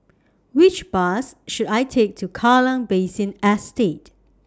Which Bus should I Take to Kallang Basin Estate